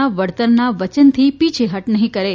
ના વળતરના વચનથી પીછેહટ નફીં કરે